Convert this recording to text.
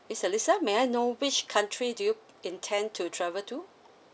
miss alisa may I know which country do you intend to travel to